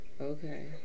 Okay